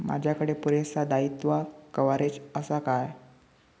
माजाकडे पुरासा दाईत्वा कव्हारेज असा काय?